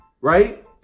right